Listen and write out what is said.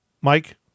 Mike